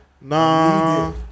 Nah